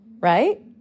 Right